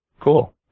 Cool